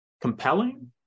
compelling